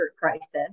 Crisis